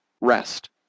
Rest